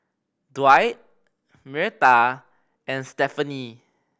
Dwight Myrta and Stephany